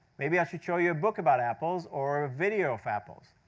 maybe i should show you a book about apples or a video of apples.